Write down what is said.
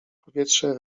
powietrze